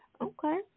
Okay